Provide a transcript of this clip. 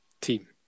Team